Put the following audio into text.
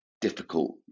difficult